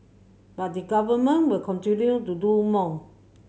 but the Government will continue to do more